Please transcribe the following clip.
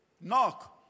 Knock